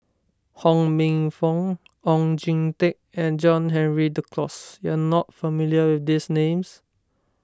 Ho Minfong Oon Jin Teik and John Henry Duclos you are not familiar with these names